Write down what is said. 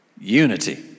Unity